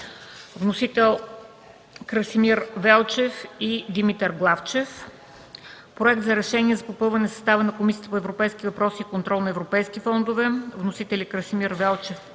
представители Красимир Велчев и Димитър Главчев. Проект за решение за попълване на състава на Комисията по европейските въпроси и контрол на европейските фондове. Вносители са народните